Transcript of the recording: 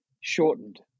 shortened